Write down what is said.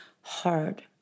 hard